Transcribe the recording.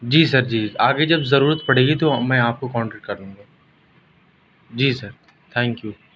جی sir جی آگے جب ضرورت پڑے گی تو میں آپ کو کانٹیکٹ کروں گا جی سر تھینک یو